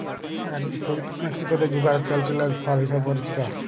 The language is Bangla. এগ ফ্রুইট মেক্সিকোতে যুগাল ক্যান্টিসেল ফল হিসেবে পরিচিত